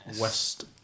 West